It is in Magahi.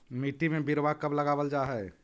मिट्टी में बिरवा कब लगावल जा हई?